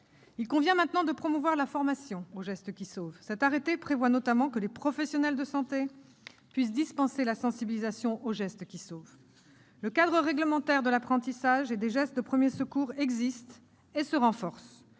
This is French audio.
Il convient maintenant de promouvoir cette formation. Cet arrêté prévoit notamment que les professionnels de santé peuvent dispenser la sensibilisation aux « gestes qui sauvent ». Le cadre réglementaire de l'apprentissage des gestes de premiers secours existe et se renforce.